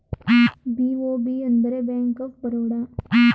BOB ಅಂದರೆ bank of Baroda